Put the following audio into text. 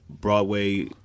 Broadway